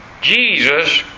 Jesus